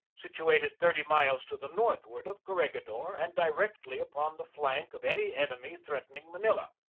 situated thirty miles to the northward of corregidor and di rectly upon the flank of any enemy threatening ma nila.